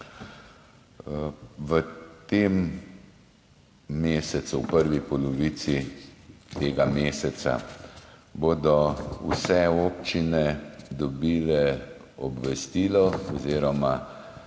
V tem mesecu, v prvi polovici tega meseca bodo vse občine dobile obvestilo oziroma